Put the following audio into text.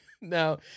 now